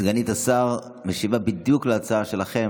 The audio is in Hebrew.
סגנית השר משיבה בדיוק על ההצעה שלכם.